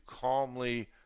calmly